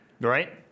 Right